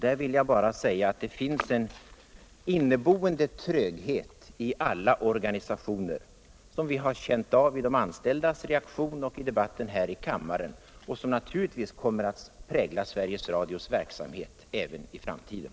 Jag vill bara säga att det i alla organisationer finns en inneboende tröghet beträffande organisationens uppbyggnad, vilket vi har känt av i de anställdas reaktioner och i debutten här i kammaren — och som naturligtvis kommer att prägla Sveriges Radios verksamhet även I framtiden.